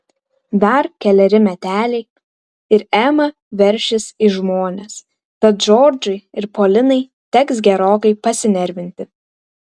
dar keleri meteliai ir ema veršis į žmones tad džordžui ir polinai teks gerokai pasinervinti